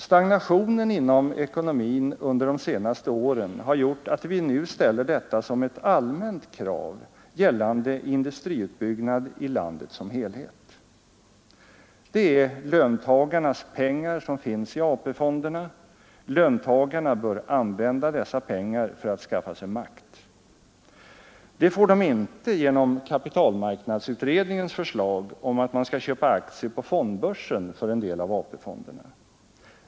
Stagnationen inom ekonomin under de senaste åren har gjort att vi nu ställer detta som ett allmänt krav gällande industriutbyggnad i landet som helhet. Det är löntagarnas pengar som finns i AP-fonderna. Löntagarna bör använda dessa pengar för att skaffa sig makt. Det får de inte genom kapitalmarknadsutredningens förslag om att man skall köpa aktier på fondbörsen för en del av AP-fonderna.